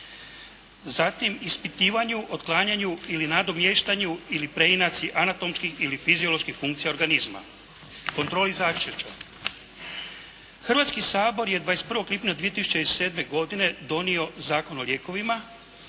Zatim ispitivanju, otklanjanju ili nadomještanju ili preinaci anatomskih ili fizioloških funkcija organizma, kontroli … /Govornik se ne razumije./ … Hrvatski sabor je 21. lipnja 2007. godine donio Zakon o lijekovima,